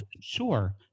Sure